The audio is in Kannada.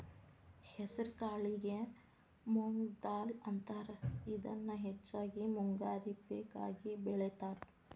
ಹೆಸರಕಾಳಿಗೆ ಮೊಂಗ್ ದಾಲ್ ಅಂತಾರ, ಇದನ್ನ ಹೆಚ್ಚಾಗಿ ಮುಂಗಾರಿ ಪೇಕ ಆಗಿ ಬೆಳೇತಾರ